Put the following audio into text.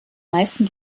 meisten